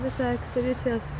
visą ekspozicijos